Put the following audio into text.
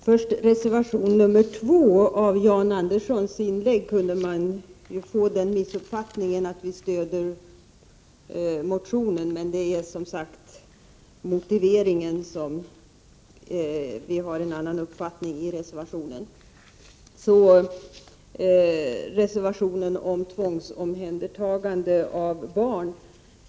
Herr talman! Först något om reservation 2. Av Jan Anderssons inlägg kunde man få den missuppfattningen att vi stöder motionen, men det är som sagt motiveringen vi reserverar oss emot. Så till reservation 4 om tvångsomhändertagande av barn.